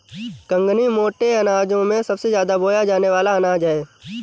कंगनी मोटे अनाजों में सबसे ज्यादा बोया जाने वाला अनाज है